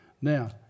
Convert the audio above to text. Now